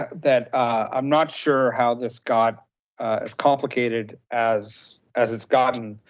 that i'm not sure how this got as complicated as as it's gotten,